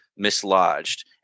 mislodged